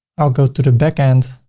i'll go to the backend,